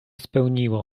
spełniło